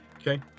Okay